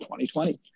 2020